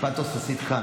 את הפתוס עשית כאן,